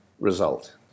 result